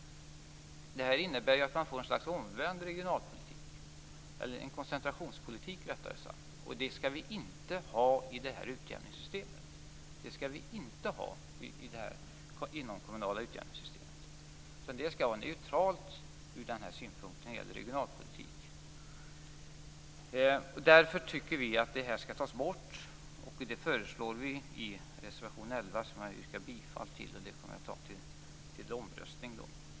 Det här innebär ett slags omvänd regionalpolitik, eller rättare sagt en koncentrationspolitik, och det skall vi inte ha i det här inomkommunala utjämningssystemet. Det skall vara neutralt ur den här synpunkten, alltså när det gäller regionalpolitik. Därför tycker vi att det här skall tas bort, och det föreslår vi i reservation 11, som jag yrkar bifall till. Det kommer jag att ta till omröstning.